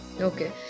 Okay